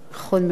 נכון מאוד.